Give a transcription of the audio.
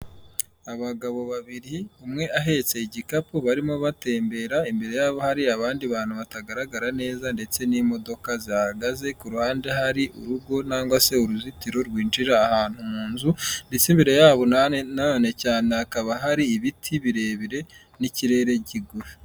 Abagabo babiri umwe ahetse igikapu barimo batembera imbere yabo hari abandi bantu batagaragara neza ndetse n'imodoka zihahagaze, ku ruhande hari urugo nangwa se uruzitiro rwinjira ahantu mu nzu ndetse imbere yabo nanone cyane hakaba hari ibiti birebire n'ikirere kigufi.